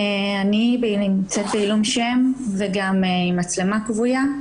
אני נשארת בעילום שם וגם עם מצלמה כבויה.